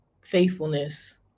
faithfulness